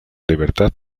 libertad